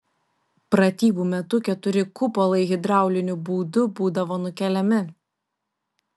pratybų metu keturi kupolai hidrauliniu būdu būdavo nukeliami